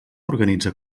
organitza